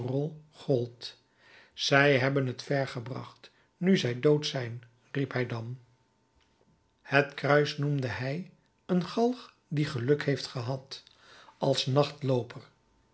gold zij hebben het ver gebracht nu zij dood zijn riep hij dan het kruis noemde hij een galg die geluk heeft gehad als